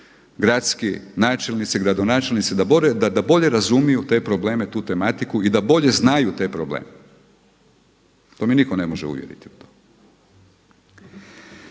gradski, načelnici, gradonačelnici, da bolje razumiju te probleme, tu tematiku i da bolje znaju te probleme. To me nitko ne može uvjeriti u to.